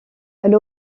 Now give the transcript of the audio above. elle